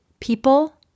People